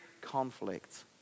conflict